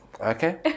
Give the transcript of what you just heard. okay